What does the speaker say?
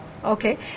Okay